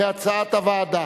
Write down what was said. כהצעת הוועדה.